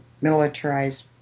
militarized